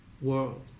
world